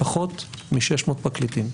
פחות מ-600 פרקליטים.